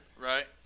Right